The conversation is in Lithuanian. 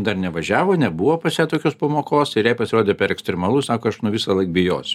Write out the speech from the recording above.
dar nevažiavo nebuvo pas ją tokios pamokos ir jai pasirodė per ekstremalu sako aš nu visąlaik bijosiu